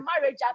marriage